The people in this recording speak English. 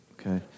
Okay